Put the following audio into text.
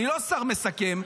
אני לא השר המסכם.